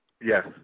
Yes